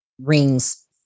rings